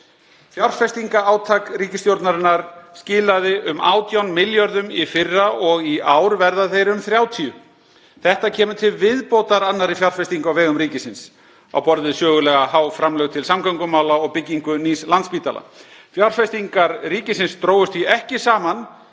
Fjárfestingarátak ríkisstjórnarinnar skilaði um 18 milljörðum í fyrra og í ár verða þeir um 30. Þetta kemur til viðbótar annarri fjárfestingu á vegum ríkisins á borð við sögulega há framlög til samgöngumála og byggingar nýs Landspítala. Fjárfestingar ríkisins drógust því ekki saman